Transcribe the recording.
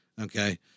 Okay